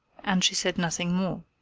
and she said nothing more.